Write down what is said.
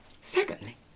Secondly